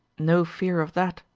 no fear of that,